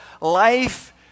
life